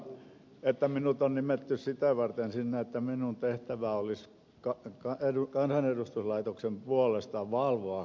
minä luin että minut on nimetty sitä varten sinne että minun tehtäväni olisi kansanedustuslaitoksen puolesta valvoa kelan toimintaa